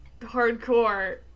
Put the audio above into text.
hardcore